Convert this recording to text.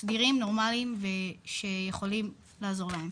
סדירים נורמליים ושיכולים לעזור להם.